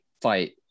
fight